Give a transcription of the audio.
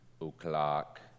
o'clock